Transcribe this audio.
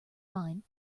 fine